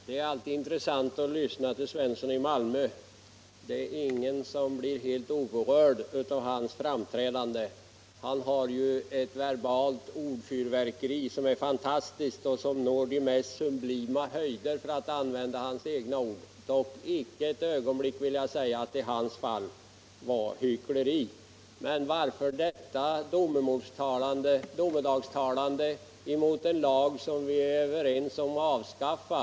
Herr talman! Det är alltid intressant att lyssna till herr Svensson i Malmö; ingen blir helt oberörd av hans framträdande. Han har ju ett verbalt ordfyrverkeri som är fantastiskt och som når de mest sublima höjder, för att använda hans egna ord. Och icke ett ögonblick vill jag påstå att det i hans fall var hyckleri. Men varför detta domedagstalande mot en lag som vi är överens om att avskaffa?